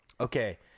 okay